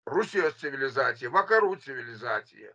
rusijos civilizacija vakarų civilizacija